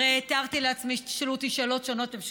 הרי תיארתי לעצמי שתשאלו אותי שאלות שונות ומשונות.